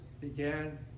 began